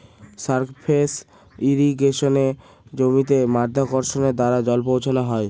surface ইর্রিগেশনে জমিতে মাধ্যাকর্ষণের দ্বারা জল পৌঁছানো হয়